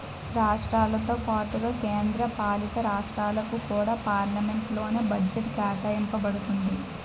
రాష్ట్రాలతో పాటుగా కేంద్ర పాలితరాష్ట్రాలకు కూడా పార్లమెంట్ లోనే బడ్జెట్ కేటాయింప బడుతుంది